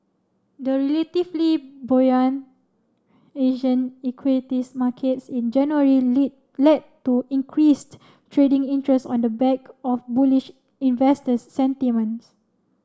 the relatively buoyant Asian equities markets in January lead led to increased trading interest on the back of bullish investors sentiments